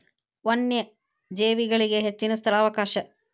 ವನ್ಯಜೇವಿಗಳಿಗೆ ಹೆಚ್ಚಿನ ಸ್ಥಳಾವಕಾಶ